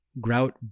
grout